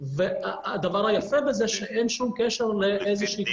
והדבר היפה בזה שאין שום קשר לאיזה שהיא